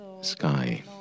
sky